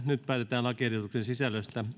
nyt päätetään lakiehdotuksen sisällöstä